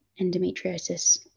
endometriosis